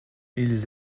ils